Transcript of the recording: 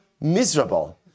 miserable